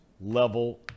level